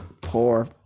poor